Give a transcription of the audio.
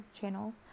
channels